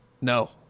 No